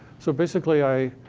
so basically, i.